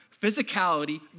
physicality